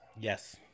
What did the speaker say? Yes